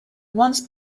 once